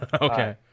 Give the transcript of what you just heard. Okay